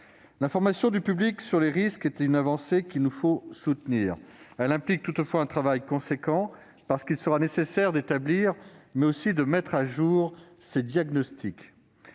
L'information du public sur les risques est une avancée qu'il nous faut soutenir. Elle implique toutefois un travail important, parce qu'il sera nécessaire d'établir, mais aussi de mettre à jour, ces diagnostics